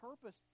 purpose